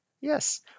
Yes